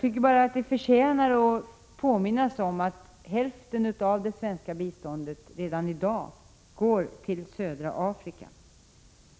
Men det förtjänar att påminnas att hälften av det svenska biståndet redan i dag går till södra Afrika.